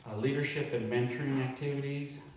leadership and mentoring activities,